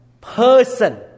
person